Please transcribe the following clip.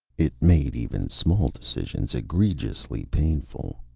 it made even small decisions egregiously painful.